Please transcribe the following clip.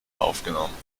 aufgenommen